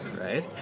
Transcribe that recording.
right